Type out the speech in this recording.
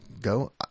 Go